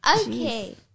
Okay